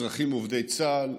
אזרחים עובדי צה"ל,